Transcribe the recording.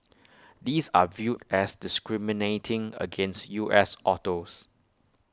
these are viewed as discriminating against U S autos